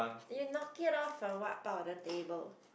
you knock it off of what part of the table